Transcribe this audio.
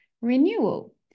renewal